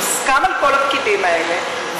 מוסכם על כל הפקידים האלה,